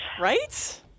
Right